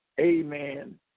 Amen